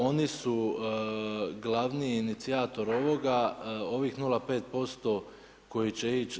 Oni su glavni inicijator ovoga ovih 0,5% koji će ići.